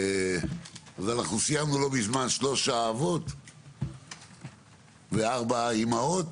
אנחנו סיימנו לא מזמן שלוש האבות וארבע האימהות,